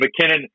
mckinnon